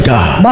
God